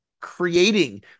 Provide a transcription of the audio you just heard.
creating